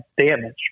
damage